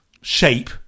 shape